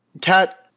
cat